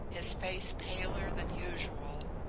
his face paler than usual,